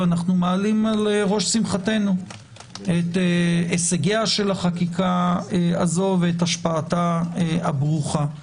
ואנחנו מעלים על ראש שמחתנו את הישגיה של החקיקה הזו ואת השפעתה הברוכה.